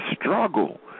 struggle